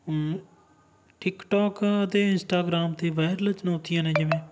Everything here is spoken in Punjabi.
ਟਿੱਕਟੋਕ ਅਤੇ ਇੰਸਟਾਗਰਾਮ 'ਤੇ ਵਾਇਰਲ ਚੁਣੌਤੀਆਂ ਨੇ ਜਿਵੇਂ